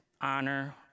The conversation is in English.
honor